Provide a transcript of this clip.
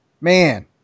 man